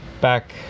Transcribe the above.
back